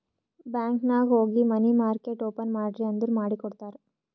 bank ನಾಗ್ ಹೋಗಿ money market open ಮಾಡ್ರಿ ಅಂದುರ್ ಮಾಡಿ ಕೊಡ್ತಾರ್